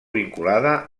vinculada